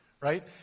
right